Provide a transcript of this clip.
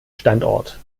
standort